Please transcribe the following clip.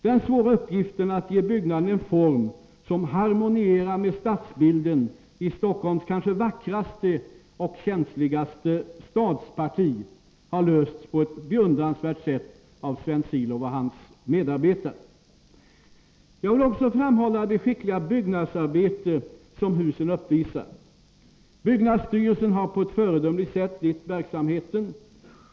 Den svåra uppgiften att ge byggnaderna en form som harmonierar med stadsbilden i Stockholms kanske vackraste och känsligaste stadsparti har lösts på ett beundransvärt sätt av Sven Silow och hans medarbetare. Jag vill också framhålla det skickliga byggnadsarbete som husen uppvisar. Byggnadsstyrelsen har på ett föredömligt sätt lett verksamheten.